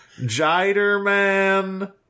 Jiderman